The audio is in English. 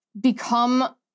become